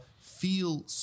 feel